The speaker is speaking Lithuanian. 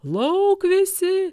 lauk visi